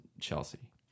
Chelsea